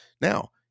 Now